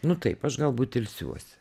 nu taip aš galbūt ilsiuosi